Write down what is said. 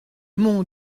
mon